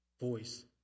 voice